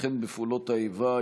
וכן בפעולות האיבה,